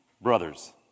brothers